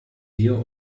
dir